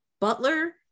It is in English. Butler